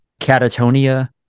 catatonia